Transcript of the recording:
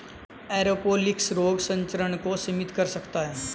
aeroponics रोग संचरण को सीमित कर सकता है